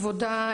כבודה,